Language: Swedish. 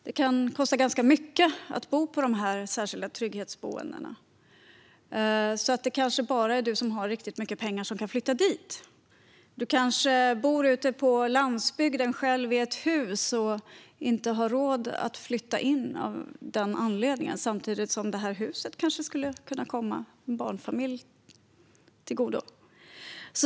Det kan kosta ganska mycket att bo på de särskilda trygghetsboendena. Det kanske bara är du som har riktigt mycket pengar som kan flytta dit. Du kanske bor ute på landsbygden själv i ett hus och inte har råd att flytta in av den anledningen, samtidigt som huset kanske skulle kunna komma en barnfamilj till godo.